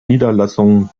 niederlassungen